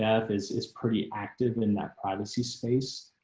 f is is pretty active in that privacy space,